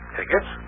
Tickets